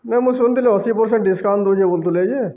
ନାଇ ମୁଁ ଶୁଣିଥିଲି ଅଶୀ ପରସେଣ୍ଟ ଡିସକାଉଣ୍ଟ ଦଉଛେ ବୋଲଥୁଲେ ଯେ